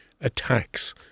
attacks